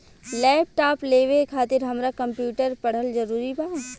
Laptop लेवे खातिर हमरा कम्प्युटर पढ़ल जरूरी बा?